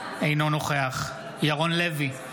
אינו נוכח ירון לוי,